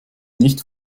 nicht